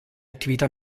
attività